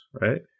right